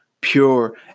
pure